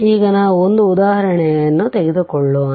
ಈಗ ನಾವು ಒಂದು ಉದಾಹರಣೆಯನ್ನು ತೆಗೆದುಕೊಳ್ಳೋಣ